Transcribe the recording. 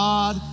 God